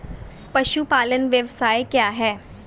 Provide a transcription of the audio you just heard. पशुपालन व्यवसाय क्या है?